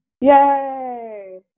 yay